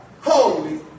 Holy